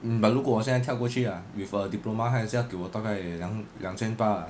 but 如果我现在跳过去 ah with a diploma 还是要给我大概两两千八 ah